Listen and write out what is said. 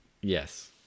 Yes